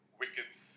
wickets